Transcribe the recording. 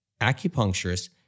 acupuncturist